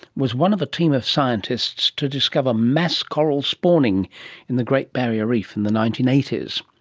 was one of a team of scientists to discover mass coral spawning in the great barrier reef in the nineteen eighty s.